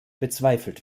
bezweifelt